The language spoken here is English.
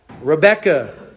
Rebecca